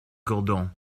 gourdon